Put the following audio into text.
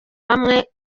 bamwe